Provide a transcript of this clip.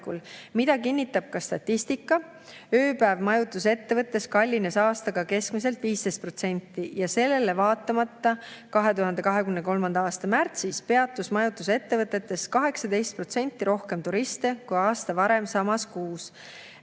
Seda kinnitab ka statistika – ööpäev majutusettevõttes kallines aastaga keskmiselt 15% ja sellele vaatamata 2023. aasta märtsis peatus majutusettevõtetes 18% rohkem turiste kui aasta varem samas kuus.